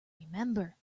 remember